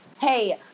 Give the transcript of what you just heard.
Hey